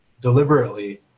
deliberately